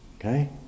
Okay